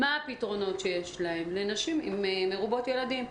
מה הפתרונות שיש להם לנשים מרובות ילדים.